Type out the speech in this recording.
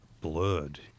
blurred